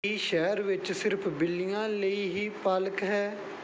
ਕੀ ਸ਼ਹਿਰ ਵਿੱਚ ਸਿਰਫ਼ ਬਿੱਲੀਆਂ ਲਈ ਹੀ ਪਾਲਕ ਹੈ